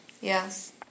Yes